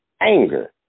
anger